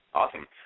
awesome